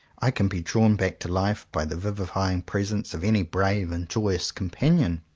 i can be drawn back to life by the vivifying presence of any brave and joyous companion.